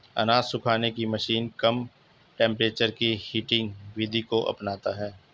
अनाज सुखाने की मशीन कम टेंपरेचर की हीटिंग विधि को अपनाता है